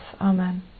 Amen